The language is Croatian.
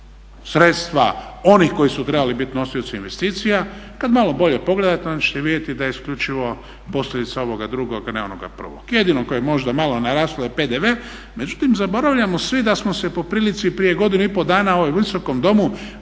sredstva onih koji su trebali bit nosioci investicija. Kad malo bolje pogledate onda ćete vidjeti da je isključivo posljedica ovoga drugog, a ne onoga prvog. Jedino koje je možda malo naraslo je PDV, međutim zaboravljamo svi da smo se po prilici prije godinu i pol dana u ovom Visokom domu